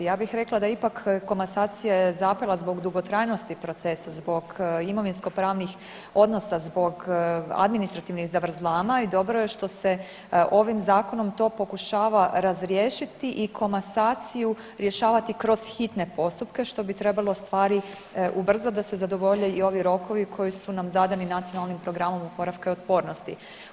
Ja bih rekla da ipak komasacija je zapela zbog dugotrajnosti procesa, zbog imovinsko pravnih odnosa, zbog administrativnih zavrzlama i dobro je što se ovim zakonom to pokušava razriješiti i komasaciju rješavati kroz hitne postupke što bi trebalo stvari ubrzati da se zadovolje i ovi rokovi koji su nam zadani Nacionalnim programom oporavka i otpornosti.